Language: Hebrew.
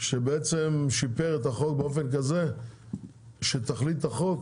שבעצם שיפר את החוק באופן כזה שתכלית החוק